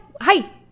Hi